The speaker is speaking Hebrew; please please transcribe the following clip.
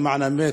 למען האמת,